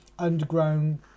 Underground